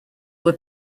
were